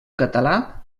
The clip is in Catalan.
català